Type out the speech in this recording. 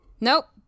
nope